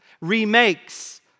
remakes